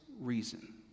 reason